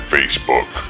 Facebook